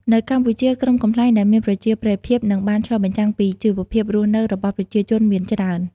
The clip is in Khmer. នៅកម្ពុជា ក្រុមកំប្លែងដែលមានប្រជាប្រិយភាព និងបានឆ្លុះបញ្ចាំងពីជីវភាពរស់នៅរបស់ប្រជាជនមានច្រើន។